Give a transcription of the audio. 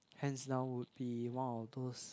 hands down would be one of those